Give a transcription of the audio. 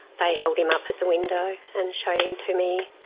they held him up at the window and showed him to me.